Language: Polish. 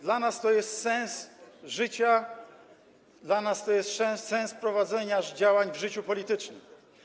Dla nas to jest sens życia, dla nas to jest sens prowadzenia działań w życiu politycznym.